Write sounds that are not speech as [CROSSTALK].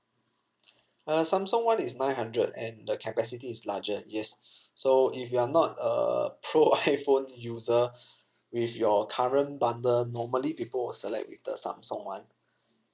uh samsung [one] is nine hundred and the capacity is larger yes so if you are not uh pro iphone [LAUGHS] user with your current bundle normally people will select with the samsung one